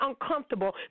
uncomfortable